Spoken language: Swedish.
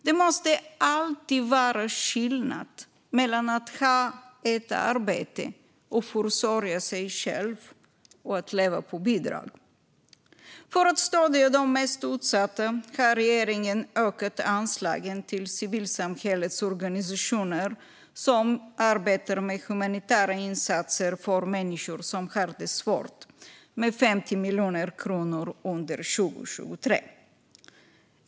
Det måste alltid vara skillnad mellan att ha ett arbete och försörja sig själv och att leva på bidrag. För att stödja de mest utsatta har regeringen ökat anslagen med 50 miljoner kronor under 2023 till de civilsamhällesorganisationer som arbetar med humanitära insatser för människor som har det svårt.